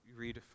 read